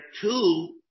two